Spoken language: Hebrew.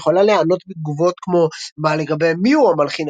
יכולה להיענות בתגובות כמו "מה לגבי מיהו המלחין